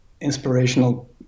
inspirational